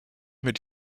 mit